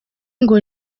ngo